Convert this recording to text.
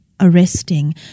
Arresting